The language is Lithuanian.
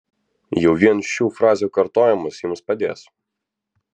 jau vien šių frazių kartojimas jums padės